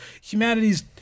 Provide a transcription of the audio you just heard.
humanity's